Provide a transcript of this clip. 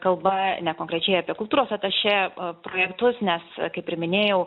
kalba ne konkrečiai apie kultūros atašė projektus nes kaip ir minėjau